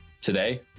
today